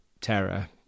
terror